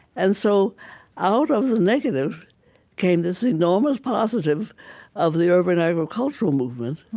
and so out of the negative came this enormous positive of the urban agricultural movement